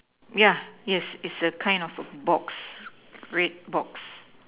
yeah yes it's a kind of a box red box